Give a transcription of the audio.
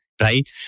right